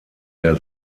der